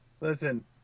Listen